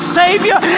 savior